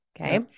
Okay